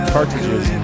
Cartridge's